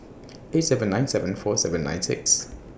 eight seven nine seven four seven nine six